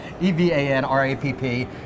E-V-A-N-R-A-P-P